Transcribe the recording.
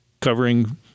covering